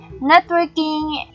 Networking